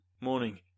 morning